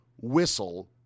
whistle